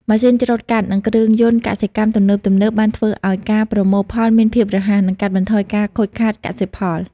ម៉ាស៊ីនច្រូតកាត់ និងគ្រឿងយន្តកសិកម្មទំនើបៗ បានធ្វើឱ្យការប្រមូលផលមានភាពរហ័ស និងកាត់បន្ថយការខូចខាតកសិផល។